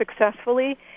successfully